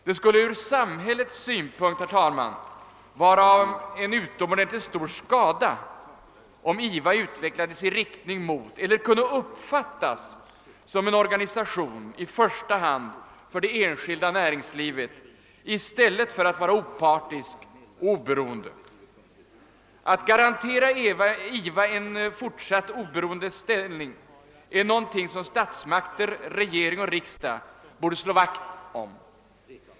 Det skulle från samhällets synpunkt, herr talman, vara till utomordentligt stor skada om IVA utvecklades i riktning mot eller kunde uppfattas som en organisation i första hand för det enskilda näringslivet i stället för att vara opartisk och oberoende. Att garantera IVA en fortsatt oberoende ställning är något som statsmakter, regering och riksdag borde slå vakt om.